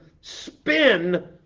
spin